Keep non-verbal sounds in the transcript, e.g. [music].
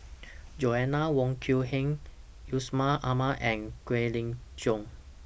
[noise] Joanna Wong Quee Heng Yusman Aman and Kwek Leng Joo